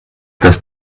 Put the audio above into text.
das